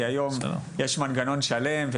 כי היום יש מנגנון שלם.